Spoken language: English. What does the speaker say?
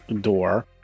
door